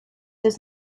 does